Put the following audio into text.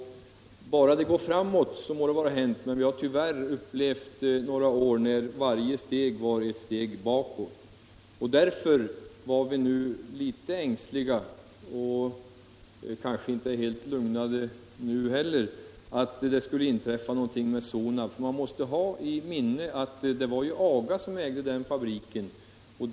Bara det går framåt må det vara hänt, men vi har tyvärr upplevt några år när varje steg varit ett steg bakåt. Därför var vi ängsliga — och är kanske inte helt lugnade nu heller — att det skulle hända någonting med Sonab. Man måste ha i minnet att det var Aga som ägde fabriken tidigare.